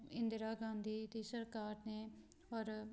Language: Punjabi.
ਇੰਦਰਾ ਗਾਂਧੀ ਦੀ ਸਰਕਾਰ ਨੇ ਔਰ